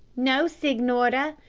no, signora,